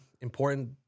important